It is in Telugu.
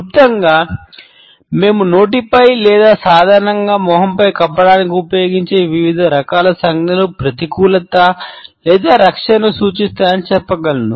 క్లుప్తంగా మేము నోటిపై లేదా సాధారణంగా ముఖం మీద కప్పడానికి ఉపయోగించే వివిధ రకాల సంజ్ఞలు ప్రతికూలత లేదా రక్షణను సూచిస్తాయని చెప్పగలను